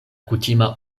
kutima